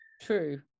True